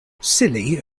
silly